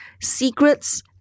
secrets